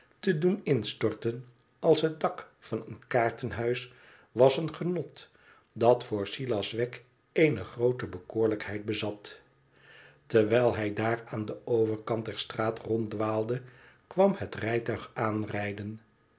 te doen instorten als het dak van een kaartenhuis was een genot dat voor silas wegg eene groote bekoorlijkheid bezat terwijl hij daar aan den overkant der straat ronddwaalde kwam het rijtuig aanrijden